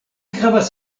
havas